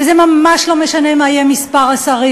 וזה ממש לא משנה מה יהיה מספר השרים.